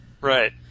Right